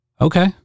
okay